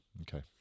Okay